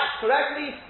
correctly